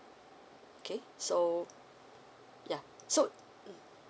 okay so yeah so mm